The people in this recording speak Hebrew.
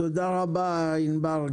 תודה רבה ענבר,